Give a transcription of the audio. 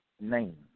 name